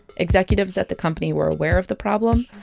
executives at the company were aware of the problem,